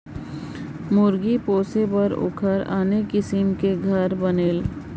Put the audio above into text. मुरगी पोसे बर ओखर आने किसम के घर बनेल